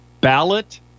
ballot